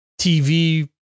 TV